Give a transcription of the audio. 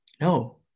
No